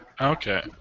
Okay